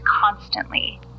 constantly